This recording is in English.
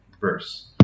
verse